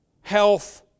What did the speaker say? health